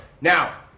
Now